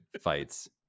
fights